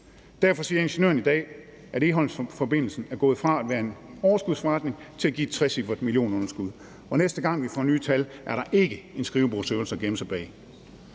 Derfor siger Ingeniøren i dag, at Egholmforbindelsen er gået fra at være en overskudsforretning til at give et trecifret millionunderskud. Og næste gang vi får nye tal, er der ikke en skrivebordsøvelse at gemme sig bag.